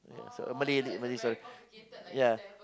yeah so Malay Malay story ya